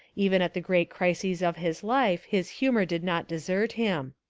even at the great crises of his life his humour did not desert him.